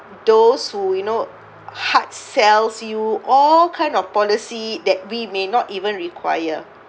those who you know hard sells you all kind of policy that we may not even require